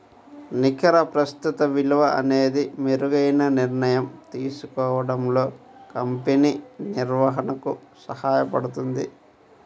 నికర ప్రస్తుత విలువ అనేది మెరుగైన నిర్ణయం తీసుకోవడంలో కంపెనీ నిర్వహణకు సహాయపడుతుంది